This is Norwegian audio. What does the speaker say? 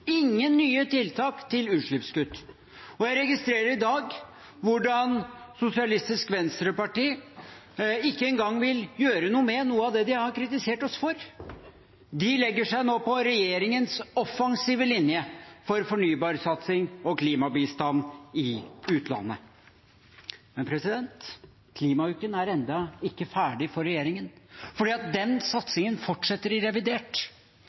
ingen nye tiltak til utslippskutt. Jeg registrerer i dag hvordan Sosialistisk Venstreparti ikke engang vil gjøre noe med noe av det de har kritisert oss for. De legger seg nå på regjeringens offensive linje for fornybarsatsing og klimabistand i utlandet. Men klimauken er ennå ikke ferdig for regjeringen, for satsingen fortsetter i revidert.